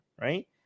right